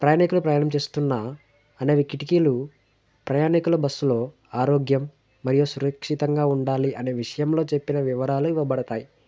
ప్రయాణికులు ప్రయాణం చేస్తున్న అనేవి కిటికీలు ప్రయాణికుల బస్సులో ఆరోగ్యం మరియు సురక్షితంగా ఉండాలి అనే విషయంలో చెప్పిన వివరాలు ఇవ్వబడతాయి